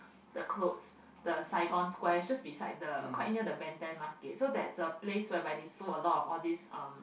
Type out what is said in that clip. the clothes the Saigon-Square just beside the quite near the Ben-Thanh-Market so that is a place whereby they sold a lot of this um